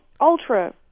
ultra